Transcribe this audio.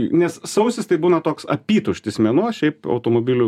nes sausis tai būna toks apytuštis mėnuo šiaip automobilių